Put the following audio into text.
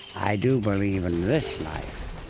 i do believe in this life,